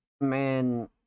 man